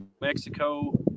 mexico